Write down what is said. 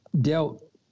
dealt